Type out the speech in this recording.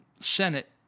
Senate